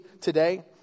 today